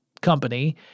company